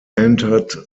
entered